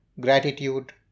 gratitude